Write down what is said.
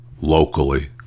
locally